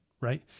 right